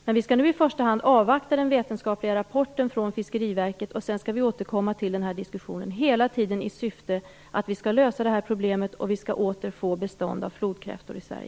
Men vi skall nu i första hand avvakta den vetenskapliga rapporten från Fiskeriverket. Sedan skall vi hela tiden återkomma till den här diskussionen i syfte att lösa det här problemet. Vi skall åter få bestånd av flodkräftor i